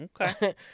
Okay